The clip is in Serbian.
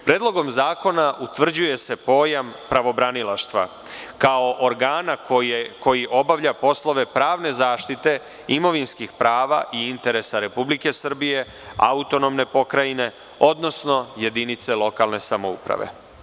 Predlogom zakona utvrđuje se pojam pravobranilaštva kao organa koji obavlja poslove pravne zaštite imovinskih prava i interesa Republike Srbije, Autonomne pokrajine, odnosno jedinice lokalne samouprave.